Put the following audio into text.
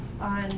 on